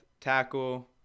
tackle